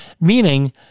meaning